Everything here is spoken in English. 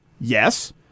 Yes